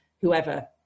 whoever